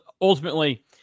ultimately